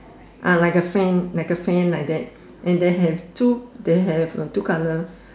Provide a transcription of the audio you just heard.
ah like a fan like a fan like that and they have two they have two colour